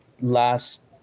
last